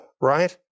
right